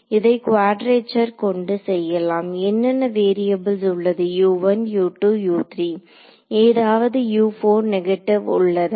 இதை குவாட்ரேட்சர் கொண்டு செய்யலாம் என்னென்ன வேரியபுள்ஸ் உள்ளது ஏதாவது நெகட்டிவ் உள்ளதா